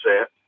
set